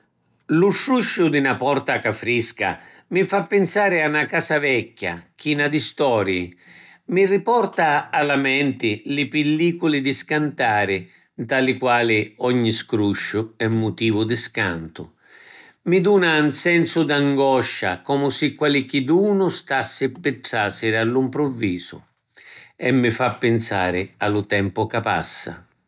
Lu scrusciu di na porta ca frisca mi fa pinsari a na casa vecchia china di storii, mi riporta a la menti li pilliculi di scantari nta li quali ogni scrusciu è mutivu di scantu. Mi duna un sensu di angoscia comu si qualichidunu stassi pi trasiri allu mpruvisu. E mi fa pinsari a lu tempu ca passa.